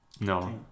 No